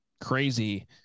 crazy